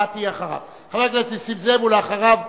ולאחריו,